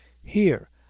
here,